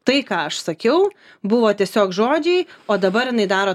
tai ką aš sakiau buvo tiesiog žodžiai o dabar jinai daro